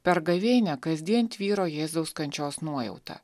per gavėnią kasdien tvyro jėzaus kančios nuojauta